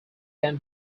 can